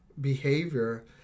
behavior